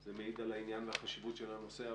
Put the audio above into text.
זה מעיד על העניין והחשיבות של הנושא,